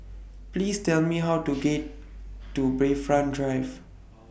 Please Tell Me How to get to Bayfront Drive